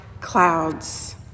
clouds